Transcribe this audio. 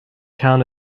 count